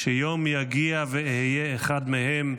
שיום יגיע ואהיה אחד מהם".